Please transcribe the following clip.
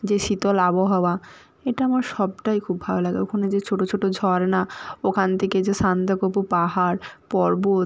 যে শীতল আবহাওয়া এটা আমার সবটাই খুব ভালো লাগে ওখানে যে ছোটো ছোটো ঝরনা ওখান থেকে যে সান্দাকফু পাহাড় পর্বত